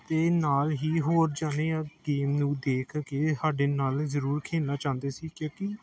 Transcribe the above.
ਅਤੇ ਨਾਲ ਹੀ ਹੋਰ ਜਣੇ ਆਹ ਗੇਮ ਨੂੰ ਦੇਖ ਕੇ ਸਾਡੇ ਨਾਲ ਜ਼ਰੂਰ ਖੇਡਣਾ ਚਾਹੁੰਦੇ ਸੀ ਕਿਉੰਕਿ